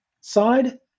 side